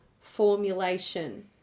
formulation